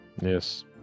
Yes